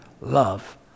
love